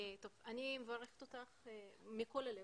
אני מברכת אותך מכל הלב.